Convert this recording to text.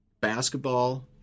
basketball